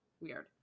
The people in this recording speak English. Weird